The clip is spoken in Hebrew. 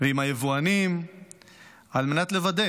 ועם היבואנים על מנת לוודא